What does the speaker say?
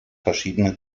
verschiedene